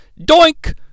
Doink